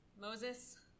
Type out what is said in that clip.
Moses